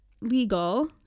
legal